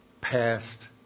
past